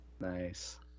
Nice